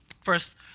First